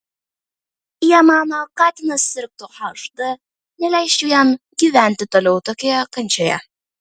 jei mano katinas sirgtų hd neleisčiau jam gyventi toliau tokioje kančioje